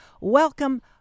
Welcome